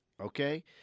okay